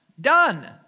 done